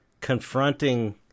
confronting